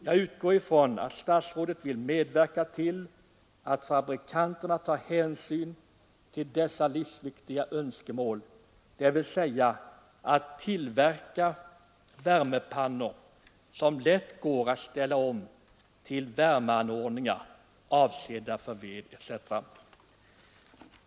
Jag utgår från att statsrådet vill medverka till att fabrikanterna tar hänsyn till livsviktiga önskemål, dvs. att tillverka värmepannor som lätt går att ställa om till värmeanordningar som är avsedda att eldas med ved etc.